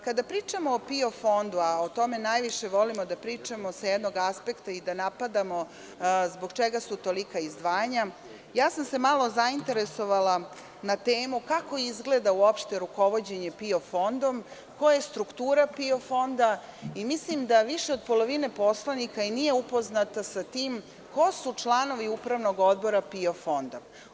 Kada pričamo o PIO fondu, a o tome najviše volimo da pričamo sa jednog aspekta i da napadamo zbog čega su tolika izdvajanja, ja sam se malo zainteresovala na temu kako izgleda uopšte rukovođenje PIO fondom, koja je struktura PIO fonda i mislim da više od polovine poslanika i nije upoznato sa tim ko su članovi Upravnog odbora PIO fonda.